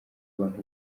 abantu